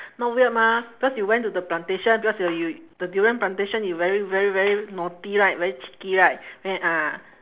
not weird mah because you went to the plantation because when you the durian plantation you very very very naughty right very cheeky right then ah